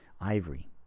ivory